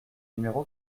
numéro